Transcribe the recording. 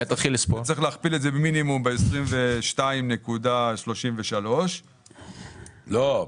צריך להכפיל את זה במינימום 22.33. לא.